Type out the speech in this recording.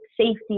safety